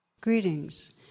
Greetings